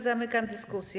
Zamykam dyskusję.